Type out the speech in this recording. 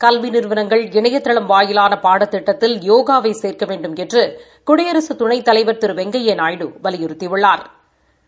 கல்வி நிறுவளங்கள் இணையதளம் வாயிலான பாடத்திட்டத்தில் யோகா வை சேர்க்க வேண்டுமென்று குடியரசு துணைத்தலைவா் திரு வெங்கையா நாயுடு வலியுறுத்தியுள்ளாா்